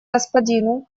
господину